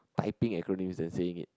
typing acronyms and saying it